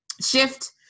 Shift